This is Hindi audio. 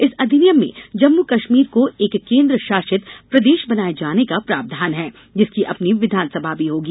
इस अधिनियम में जम्मू कश्मीर को एक केन्द्र शासित प्रदेश बनाये जाने का प्रावधान है जिसकी अपनी विधानसभा भी होगी